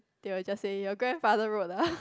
they will just say your grandfather road ah